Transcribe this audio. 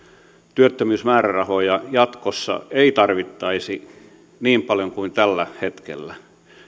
työttömyysmäärärahoja jatkossa ei tarvittaisi niin paljon kuin tällä hetkellä